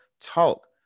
talk